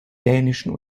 dänischen